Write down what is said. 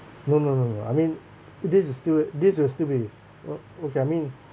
no no no no I mean this is still w~ this will still be o~ okay I mean